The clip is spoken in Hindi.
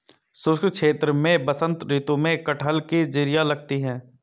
शुष्क क्षेत्र में बसंत ऋतु में कटहल की जिरीयां लगती है